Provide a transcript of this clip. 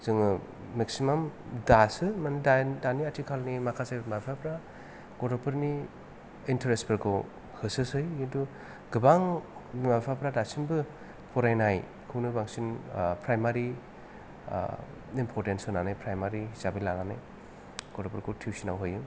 जोङो मेक्सिमाम दासो मानि दानि आथिखालनि माखासे बिमा बिफाफ्रा गथ'फोरनि इन्टारेस्टफोरखौ होसोसै खिन्थु गोबां बिमा बिफाफोरा दासिमबो फरायनायखौनो बांसिन प्रायमारि इम्परटेन्स होनानै प्रायमारि हिसाबै लानानै गथ'फोरखौ टुइएसनाव होयो